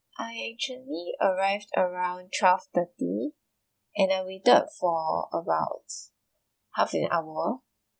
I actually arrived around twelve-thirty and I waited for about half an hour